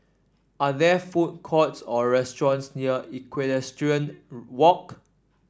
are there food courts or restaurants near Equestrian Walk